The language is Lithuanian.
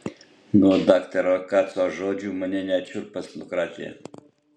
nuo daktaro kaco žodžių mane net šiurpas nukratė